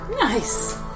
Nice